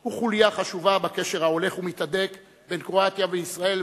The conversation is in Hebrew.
הוא חוליה חשובה בקשר ההולך ומתהדק בין קרואטיה לישראל,